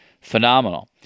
phenomenal